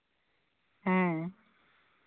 ᱦᱮᱸ